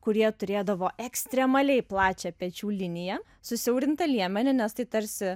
kurie turėdavo ekstremaliai plačią pečių liniją susiaurintą liemenį nes tai tarsi